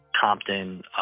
compton